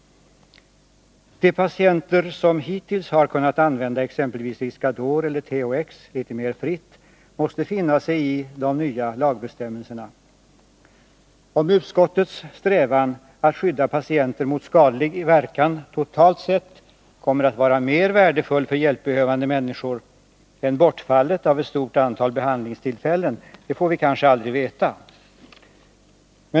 De patienter som hittills har kunnat använda exempelvis Iscador eller THX litet mer fritt måste finna sig i de nya lagbestämmelserna. Om utskottets strävan att skydda patienter mot skadlig verkan totalt sett kommer att vara mer värdefull för hjälpbehövande människor än bortfallet av ett stort antal behandlingstillfällen får vi kanske aldrig veta.